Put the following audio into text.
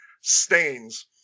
stains